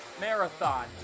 marathon